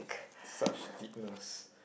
such deepness